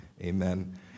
amen